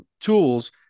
tools